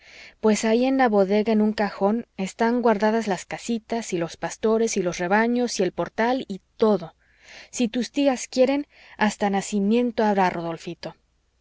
pues ahí en la bodega en un cajón están guardadas las casitas y los pastores y los rebaños y el portal y todo si tus tías quieren hasta nacimiento habrá rodolfito